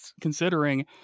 considering